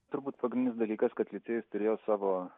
turbūt pagrindinis dalykas kad licėjus turėjo savo